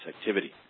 activity